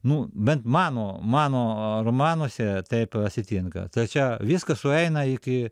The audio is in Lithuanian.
nu bent mano mano romanuose taip asitinka tai čia viskas sueina iki